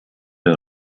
der